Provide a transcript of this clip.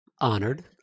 Honored